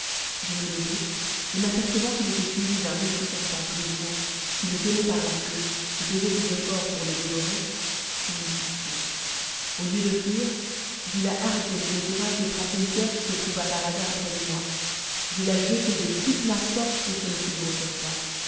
je me levai et m'apercevant qu'il était suivi d'un autre serpent plus gros qui le tenait par la queue et faisait ses efforts pour le dévorer j'en eus pitié au lieu de fuir j'eus la hardiesse et le courage de prendre une pierre qui se trouva par hasard près de moi je la jetai de toute ma force contre le plus gros serpent